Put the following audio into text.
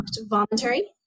voluntary